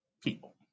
people